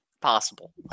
possible